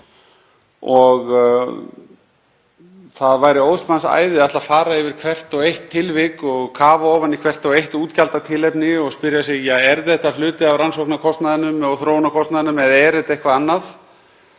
Það væri óðs manns æði að ætla að fara yfir hvert og eitt tilvik og kafa ofan í hvert og eitt útgjaldatilefni og spyrja sig: Er þetta hluti af rannsóknakostnaðinum og þróunarkostnaðinum eða er þetta eitthvað annað?